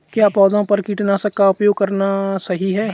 क्या पौधों पर कीटनाशक का उपयोग करना सही है?